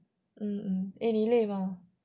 eh 你累吗